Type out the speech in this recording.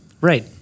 Right